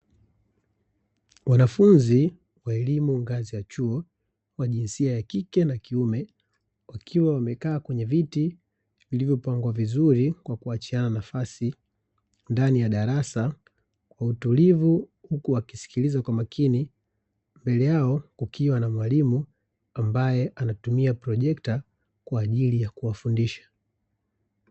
Wanafunzi wa elimu ngazi ya chuo, wa jinsia ya kike na kiume, wakiwa wamekaa kwenye viti vilivyopangwa vizuri, kwa kuachiana nafasi ndani ya darasa, kwa utulivu huku wakisikiliza kwa makini, mbele yao kukiwa na mwalimu ambaye anatumia projekta kwa ajili ya kuwafundisha.